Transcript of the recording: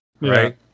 right